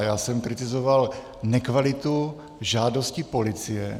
Já jsem kritizoval nekvalitu žádosti policie...